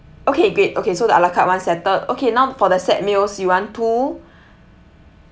okay great okay so the a la carte one settled okay now for the set meals you want two